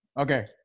okay